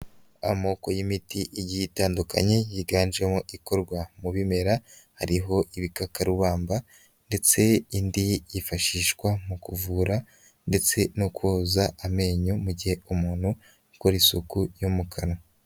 Amoko y'imiti igiye tandukanye yiganjemo ikorwa mu bimera, hariho ibikakarubamba ndetse indi yifashishwa mu kuvura, ndetse no koza amenyo mu gihe umuntu ukora isuku yo mu kanwa.